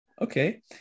Okay